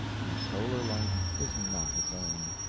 whose solar light is not its own,